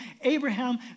Abraham